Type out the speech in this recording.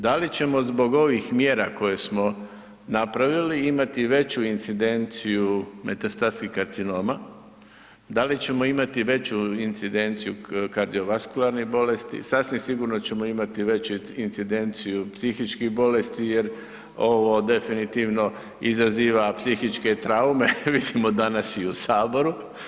Da li ćemo zbog ovih mjera koje smo napravili imati veću incidenciju metastatskih karcinoma, da li ćemo imati veću incidenciju kardiovaskularnih bolesti, sasvim sigurno ćemo imati veću incidenciju psihičkih bolesti jer ovo definitivno izaziva psihičke traume, mislimo danas i u Saboru.